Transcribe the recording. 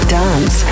dance